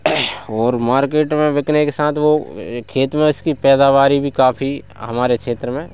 और मार्केट में बिकने के साथ वो खेत में इसकी पैदावारी भी काफ़ी हमारे क्षेत्र में